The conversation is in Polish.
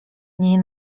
nie